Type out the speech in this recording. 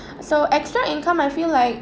so extra income I feel like